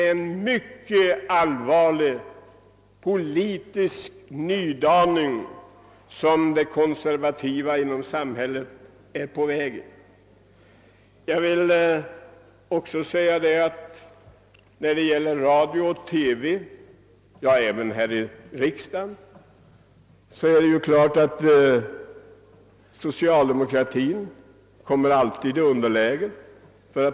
Om så är förhållandet, innebär det att de konservativa i samhället är på väg mot en mycket allvarlig politisk nydaning. I radio och TV och till och med här i riksdagen kommer socialdemokratin alltid i underläge.